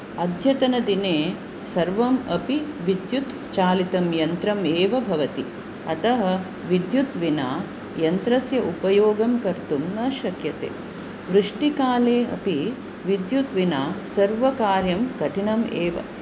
अद्यतनदिने सर्वम् अपि विद्युत् चालितं यन्त्रम् एव भवति अतः विद्युत् विना यन्त्रस्य उपयोगं कर्तुं न शक्यते वृष्टिकाले अपि विद्युत् विना सर्वकार्यं कठिनम् एव